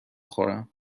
خورم